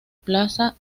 plaza